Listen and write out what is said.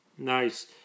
Nice